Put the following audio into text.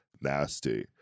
nasty